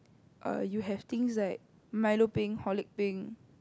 err you have things like Milo peng Holicks peng